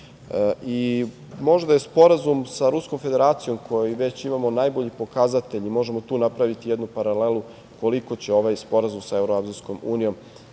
je Sporazum sa Ruskom Federacijom koji već imamo najbolji pokazatelj, i možemo tu napraviti jednu paralelu, koliko će ovaj sporazum sa